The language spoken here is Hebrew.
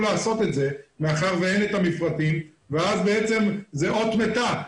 לעשות את זה מאחר שאין את המפרטים ואז בעצם זה אות מתה,